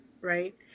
Right